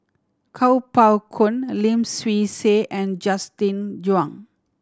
Kuo Pao Kun Lim Swee Say and Justin Zhuang